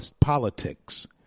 politics